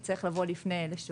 יצטרך לבוא לפני אלה שהוציאו.